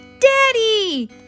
Daddy